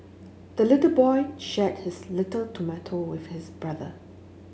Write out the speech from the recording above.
the little boy shared his little tomato with his brother